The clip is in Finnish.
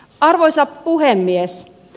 arvoisa puhemies